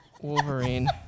Wolverine